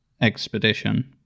expedition